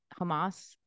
hamas